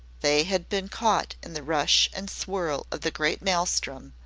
they had been caught in the rush and swirl of the great maelstrom,